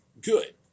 good